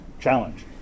challenge